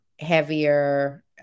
heavier